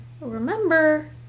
Remember